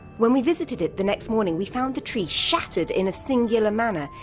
when we visited it the next morning, we found the tree shattered in a singular manner.